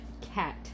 cat